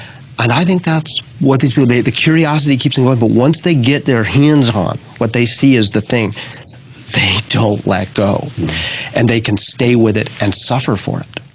and i think that's what they do, the curiosity keeps them going but once they get their hands on what they see is the thing they don't let go and they can stay with it and suffer for it.